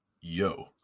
Yo